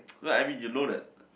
like I mean you know that